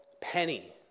penny